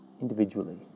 individually